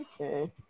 okay